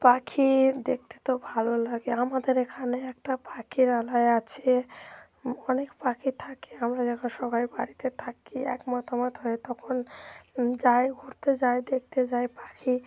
পাখি দেখতে তো ভালো লাগে আমাদের এখানে একটা পাখিরালয় আছে অনেক পাখি থাকে আমরা যখন সবাই বাড়িতে থাকি একমতামত হয়ে তখন যাই ঘুরতে যাই দেখতে যাই পাখি